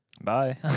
Bye